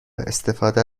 استفاده